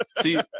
See